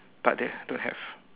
tak ada don't have